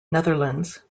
netherlands